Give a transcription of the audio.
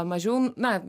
mažiau na